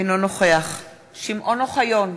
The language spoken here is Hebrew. אינו נוכח שמעון אוחיון,